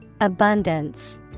Abundance